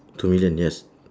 two million yes